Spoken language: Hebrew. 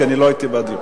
כי לא הייתי בדיון.